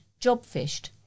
Jobfished